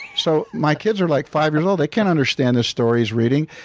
so my kids are like five years old. they can't understand the story he's reading.